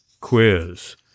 quiz